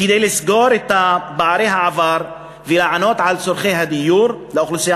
כדי לסגור את פערי העבר ולהיענות לצורכי הדיור של האוכלוסייה